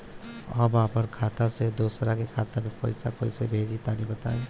हम आपन खाता से दोसरा के खाता मे पईसा कइसे भेजि तनि बताईं?